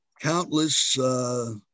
countless